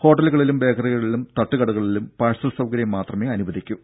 ഹോട്ടലുകളിലും ബേക്കറികളിലും തട്ടുകടകളിലും പാഴ്സൽ സൌകര്യം മാത്രമേ അനുവദിക്കൂ